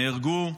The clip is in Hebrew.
הם נהרגו,